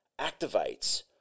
activates